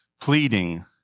Pleading